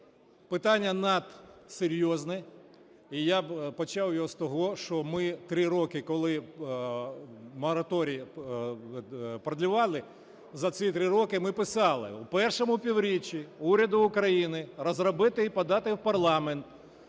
Питання надсерйозне, і я почав його з того, що ми 3 роки, коли мораторійпродлевали, за ці 3 роки ми писали: в першому півріччі уряду України розробити і подати в парламент